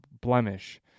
blemish